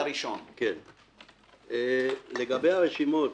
לגבי הרשימות,